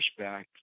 pushback